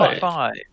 Five